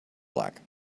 black